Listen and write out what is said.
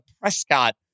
Prescott